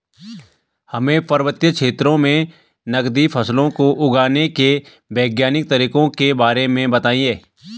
हमें पर्वतीय क्षेत्रों में नगदी फसलों को उगाने के वैज्ञानिक तरीकों के बारे में बताइये?